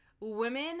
women